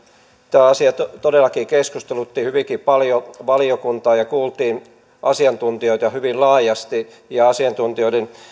tämä asia todellakin keskustelutti hyvinkin paljon valiokuntaa ja kuultiin asiantuntijoita hyvin laajasti asiantuntijoiden